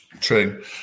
True